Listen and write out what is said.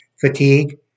fatigue